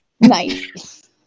Nice